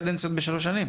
שלוש קדנציות בשלוש שנים